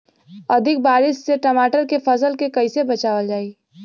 अधिक बारिश से टमाटर के फसल के कइसे बचावल जाई?